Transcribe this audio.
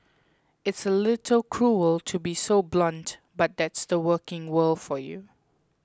it's a little cruel to be so blunt but that's the working world for you